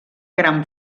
gran